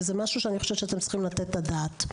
זה משהו שאני חושבת שאתם צריכים לתת את הדעת.